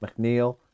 McNeil